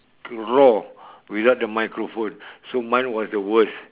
raw without the microphone so mine was the worst